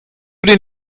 den